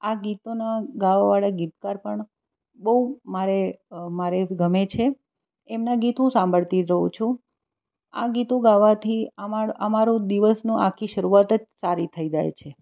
આ ગીતોના ગવાવાળા ગીતકાર પણ બહુ મારે મારે ગમે છે એમનાં ગીત હું સાંભળતી જ હોઉં છું આ ગીતો ગાવાથી અમારો દિવસનો આખી શરૂઆત જ સારી થઈ જાય છે